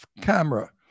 camera